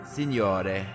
Signore